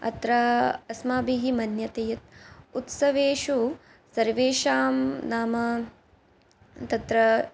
अत्र अस्माभिः मन्यते यत् उत्सवेषु सर्वेषां नाम तत्र